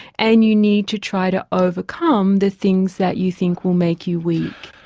and you need to try to overcome the things that you think will make you weak,